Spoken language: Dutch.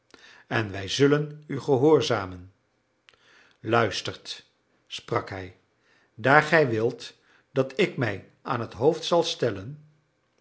en wij zullen u gehoorzamen luistert sprak hij daar gij wilt dat ik mij aan het hoofd zal stellen